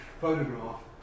photograph